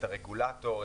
את הרגולטור,